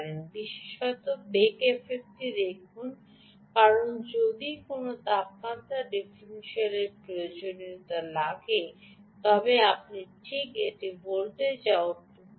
বিশেষত বেক এফেক্টটি দেখুন কারণ আপনি যদি কোনও তাপমাত্রার ডিফারেনশিয়াল প্রয়োগ করেন তবে আপনি ঠিক একটি ভোল্টেজ আউটপুট পাবেন